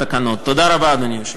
תודה רבה, אדוני היושב-ראש.